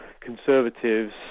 conservatives